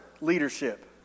leadership